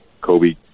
Kobe